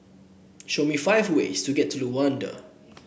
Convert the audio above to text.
show me five way to get to Luanda